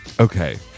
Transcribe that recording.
okay